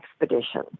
expedition